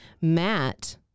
matt